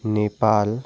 Nepal